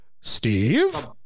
Steve